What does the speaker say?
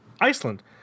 Iceland